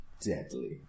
deadly